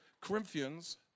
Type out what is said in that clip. Corinthians